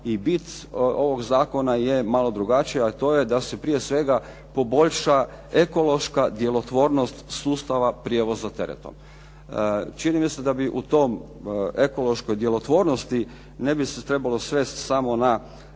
i bit ovog zakona je malo drugačiji, a to je da se prije svega poboljša ekološka djelotvornost sustava prijevoza teretom. Čini mi se da bi u tom ekološkoj djelotvornosti ne bi se trebalo svesti samo na